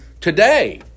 today